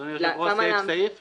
אדוני היושב-ראש, סעיף סעיף?